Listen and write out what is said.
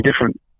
different